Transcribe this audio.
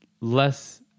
less